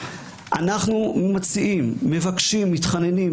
ולכן אנחנו מציעים ומתחננים,